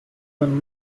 dann